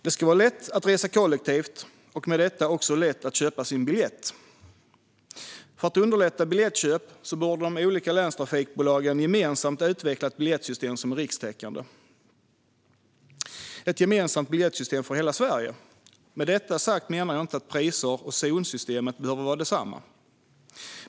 Det ska vara lätt att resa kollektivt och med detta också lätt att köpa sin biljett. För att underlätta biljettköp borde de olika länstrafikbolagen gemensamt utveckla ett biljettsystem som är rikstäckande, alltså ett gemensamt biljettsystem för hela Sverige. Med detta sagt menar jag inte att priser och zonsystem behöver vara desamma.